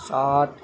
ساٹھ